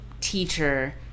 teacher